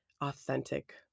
authentic